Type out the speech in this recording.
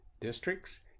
districts